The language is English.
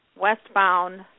westbound